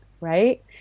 right